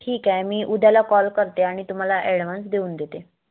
ठीक आहे मी उद्याला कॉल करते आणि तुम्हाला ॲडव्हान्स देऊन देते